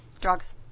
Drugs